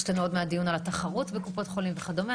יש לנו עוד מעט דיון על התחרות בקופות החולים וכדומה,